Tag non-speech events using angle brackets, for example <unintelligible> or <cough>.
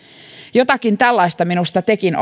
jotakin tällaista minusta tekin <unintelligible>